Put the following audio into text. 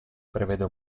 prevede